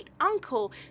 uncle